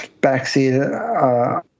backseat